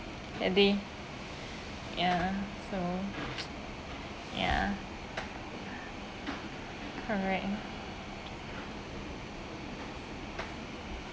that they ya so ya correct